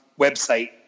website